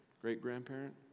Great-grandparent